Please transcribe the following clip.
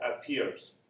appears